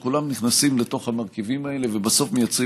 וכולם נכנסים לתוך המרכיבים האלה ובסוף מייצרים